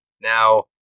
now